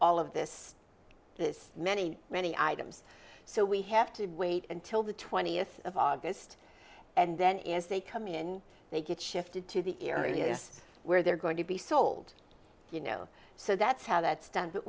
all of this this many many items so we have to wait until the twentieth of august and then they come in and they get shifted to the areas where they're going to be sold you know so that's how that